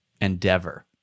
endeavor